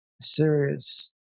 serious